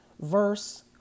verse